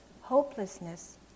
hopelessness